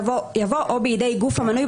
יבוא "או בידי גוף המנוי",